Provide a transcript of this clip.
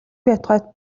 байтугай